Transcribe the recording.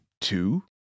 Two